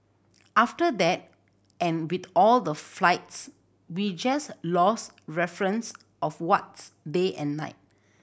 after that and with all the flights we just lost reference of what's day and night